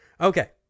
Okay